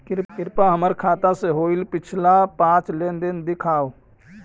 कृपा हमर खाता से होईल पिछला पाँच लेनदेन दिखाव